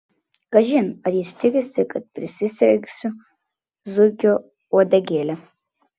kažin ar jis tikisi kad prisisegsiu zuikio uodegėlę